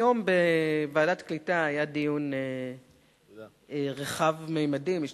היום היה דיון רחב ממדים בוועדת הקליטה.